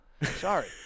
sorry